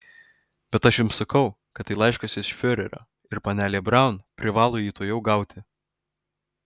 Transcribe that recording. bet aš jums sakau kad tai laiškas iš fiurerio ir panelė braun privalo jį tuojau gauti